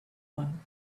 one